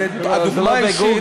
הדוגמה האישית,